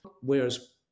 whereas